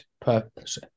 purpose